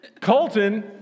Colton